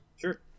Sure